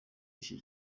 iki